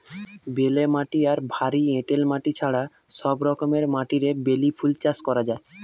বেলে মাটি আর ভারী এঁটেল মাটি ছাড়া সব রকমের মাটিরে বেলি ফুল চাষ করা যায়